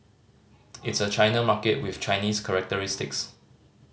it's a China market with Chinese characteristics